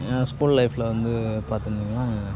என் school லைஃபில் வந்து பார்த்தீங்கன்னா